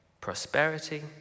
prosperity